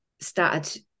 started